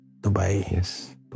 Dubai